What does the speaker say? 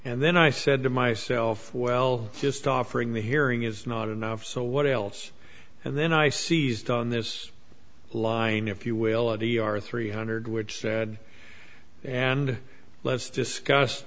and then i said to myself well just offering the hearing is not enough so what else and then i seized on this line if you will already our three hundred which said and let's discuss